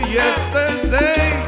yesterday